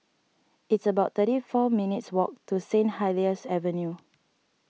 it's about thirty four minutes' walk to Saint Helier's Avenue